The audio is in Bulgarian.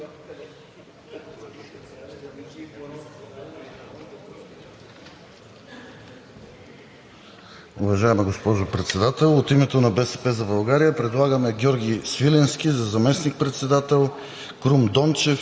Уважаема госпожо Председател! От името на „БСП за България“ предлагаме Георги Свиленски за заместник-председател,